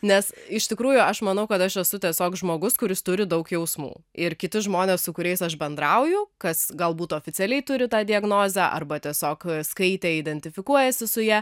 nes iš tikrųjų aš manau kad aš esu tiesiog žmogus kuris turi daug jausmų ir kiti žmonės su kuriais aš bendrauju kas galbūt oficialiai turi tą diagnozę arba tiesiog skaitė identifikuojasi su ja